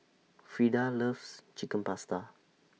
Freeda loves Chicken Pasta